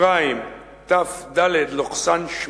תד/8,